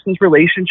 relationship